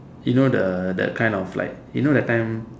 you know the that kind of like you know that time